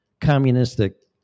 Communistic